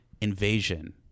Invasion